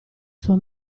sua